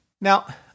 Now